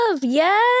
yes